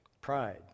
Pride